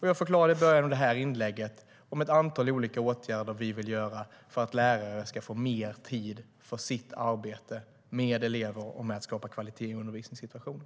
Jag förklarade i början av detta inlägg att vi vill vidta ett antal åtgärder för att lärare ska få mer tid för sitt arbete med elever och med att skapa kvalitet i undervisningssituationen.